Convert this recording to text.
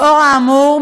לאור האמור,